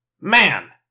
Man